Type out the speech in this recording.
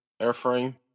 airframe